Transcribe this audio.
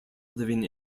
living